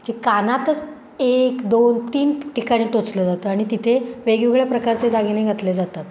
जे कानातच एक दोन तीन ठिकाणी टोचलं जातं आणि तिथे वेगवेगळ्या प्रकारचे दागिने घातले जातात